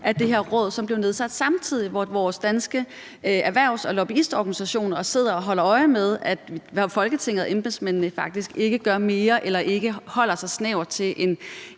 af det her råd, som jo blev nedsat samtidig, og hvor vores danske erhvervs- og lobbyistorganisationer sidder og holder øje med, hvad Folketinget og embedsmændene faktisk ikke gør mere, eller om de holder sig snævert til en